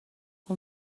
how